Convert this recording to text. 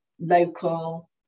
local